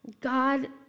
God